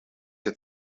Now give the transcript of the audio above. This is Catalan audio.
que